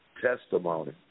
testimony